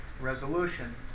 resolution